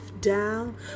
down